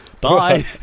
bye